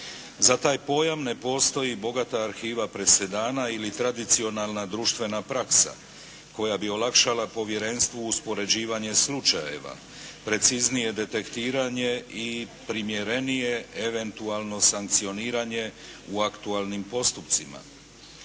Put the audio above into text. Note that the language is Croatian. Za taj pojam ne postoji bogata arhiva presedana ili tradicionalna društvena praksa koja bi olakšala povjerenstvu uspoređivanje slučajeva, preciznije detektiranje i primjerenije eventualno sankcioniranje u aktualnim postupcima.